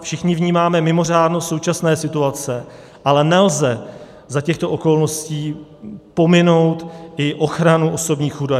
Všichni vnímáme mimořádnost současné situace, ale nelze za těchto okolností pominout i ochranu osobních údajů.